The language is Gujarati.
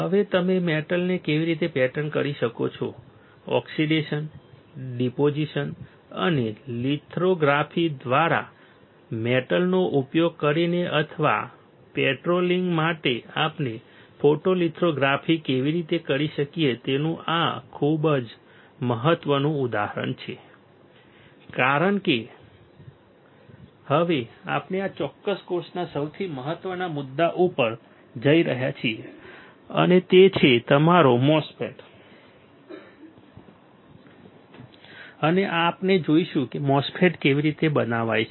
હવે તમે મેટલને કેવી રીતે પેટર્ન કરી શકો છો ઓક્સિડેશન ડિપોઝિશન અને લિથોગ્રાફી દ્વારા મેટલનો ઉપયોગ કરીને અથવા પેટ્રોલિંગ માટે આપણે ફોટોલિથોગ્રાફી કેવી રીતે કરી શકીએ તેનું આ ખૂબ મહત્વનું ઉદાહરણ છે કારણ કે હવે આપણે આ ચોક્કસ કોર્સના સૌથી મહત્વના મુદ્દા ઉપર જઈ રહ્યા છીએ અને તે છે તમારો MOSFET અને આપણે જોઈશું કે MOSFET કેવી રીતે બનાવાય છે